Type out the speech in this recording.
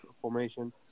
formation